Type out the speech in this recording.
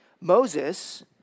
Moses